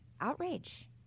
outrage